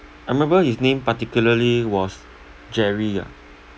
I remember his name particularly was jerry ah